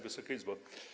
Wysoka Izbo!